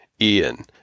Ian